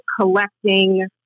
collecting